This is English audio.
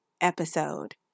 episode